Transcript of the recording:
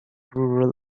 rural